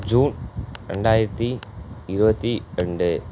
June ரெண்டாயிரத்து இருபத்தி ரெண்டு